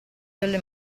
delle